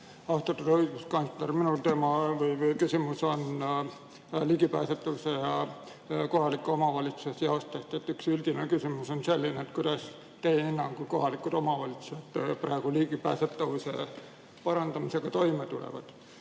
Austatud õiguskantsler! Minu küsimus on ligipääsetavuse ja kohaliku omavalitsuse seostest. Üks üldine küsimus on selline: kuidas teie hinnangul kohalikud omavalitsused praegu ligipääsetavuse parandamisega toime tulevad?